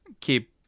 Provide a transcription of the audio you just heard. keep